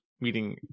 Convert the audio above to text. meeting